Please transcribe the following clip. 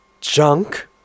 junk